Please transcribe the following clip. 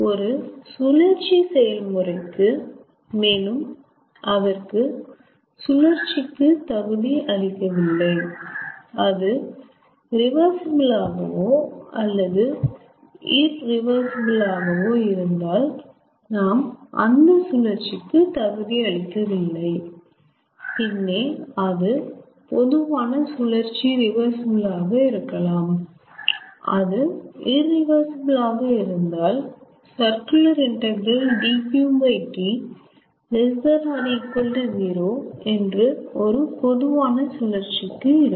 ஒரு சுழற்சி செயல்முறைக்கு மேலும் அதற்கு சுழற்சிக்கு தகுதி அளிக்கவில்லை அது ரிவர்சிபிள் ஆகவோ அல்லது இரிவர்சிபிள் ஆகவோ இருந்தால் நாம் அந்த சுழற்சிக்கு தகுதி அளிக்கவில்லை பின்னே அந்த பொதுவான சுழற்சி ரிவர்சிபிள் ஆக இருக்கலாம் அது இரிவர்சிபிள் ஆக இருந்தால் ∮ 𝛿𝑄𝑇 ≤ 0 என்று ஒரு பொதுவான சுழற்சிக்கு இருக்கும்